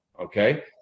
okay